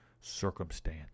circumstance